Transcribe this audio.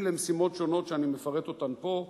למשימות שונות שאני מפרט אותן פה,